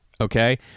Okay